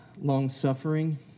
long-suffering